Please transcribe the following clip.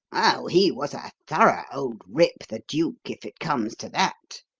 oh, he was a thorough old rip, the duke, if it comes to that,